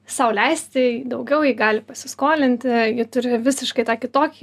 sau leisti daugiau ji gali pasiskolinti ji turi visiškai tą kitokį